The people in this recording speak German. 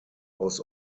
aus